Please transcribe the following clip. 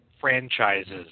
franchises